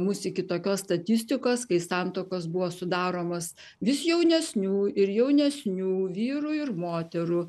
mus iki tokios statistikos kai santuokos buvo sudaromos vis jaunesnių ir jaunesnių vyrų ir moterų